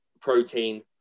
protein